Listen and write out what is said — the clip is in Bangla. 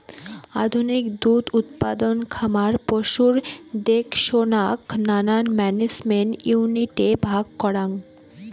আধুনিক দুধ উৎপাদন খামার পশুর দেখসনাক নানান ম্যানেজমেন্ট ইউনিটে ভাগ করাং